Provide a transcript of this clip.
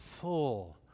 full